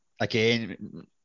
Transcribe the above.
again